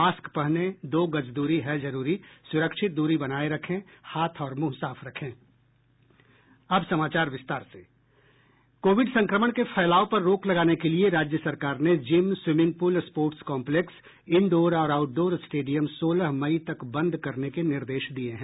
mask पहनें दो गज दूरी है जरूरी सुरक्षित दूरी बनाये रखें हाथ और मुंह साफ रखें अब समाचार विस्तार से कोविड संक्रमण के फैलाव पर रोक लगाने के लिए राज्य सरकार ने gym swimming pool sports complex indoor और आउटडोर स्टेडियम सोलह मई तक बंद करने के निर्देश दिये हैं